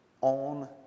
on